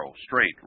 straight